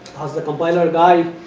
as the compiler guide,